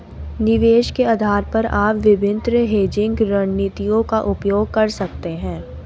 निवेश के आधार पर आप विभिन्न हेजिंग रणनीतियों का उपयोग कर सकते हैं